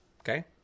Okay